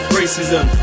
racism